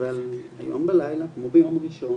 אבל היום בלילה, כמו ביום ראשון,